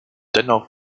dennoch